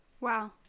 wow